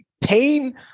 Pain